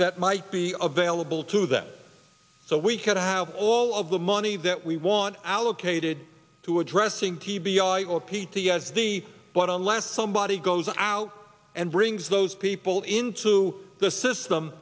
that might be available to them so we could have all of the money that we want allocated to addressing t b i or p t s d but unless somebody goes out and brings those people into the system